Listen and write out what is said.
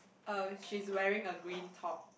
uh she is wearing a green top